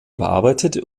überarbeitet